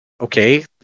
okay